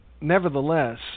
nevertheless